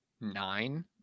nine